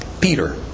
Peter